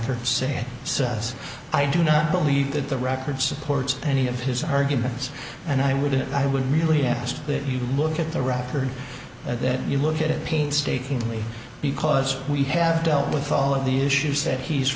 grafter say so as i do not believe that the record supports any of his arguments and i wouldn't i would merely have asked that you look at the record that you look at it painstakingly because we have dealt with all of the issues that he's